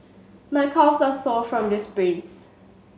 my calves are sore from this sprints